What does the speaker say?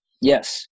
yes